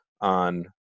on